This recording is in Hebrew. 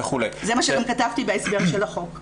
זה מה שגם כתבתי בהסבר של החוק.